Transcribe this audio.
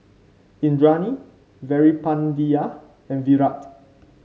Indranee Veerapandiya and Virat